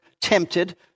tempted